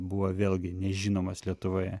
buvo vėlgi nežinomas lietuvoje